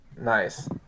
Nice